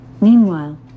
Meanwhile